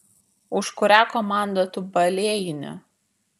už kurią komandą tu balėjini